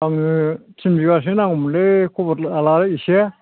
आंनो थिन बिगासो नांगौमोनलै खबर लालाय एसे